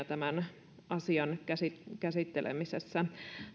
tämän asian käsittelemisessä